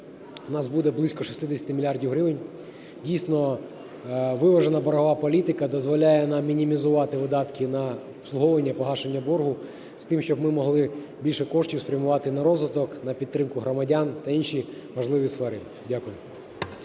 в нас буде близько 60 мільярдів гривень. Дійсно, виважена боргова політика дозволяє нам мінімізувати видатки на обслуговування і погашення боргу з тим, щоб ми могли більше коштів спрямувати на розвиток, на підтримку громадян та інші важливі сфери. Дякую.